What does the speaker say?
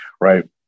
right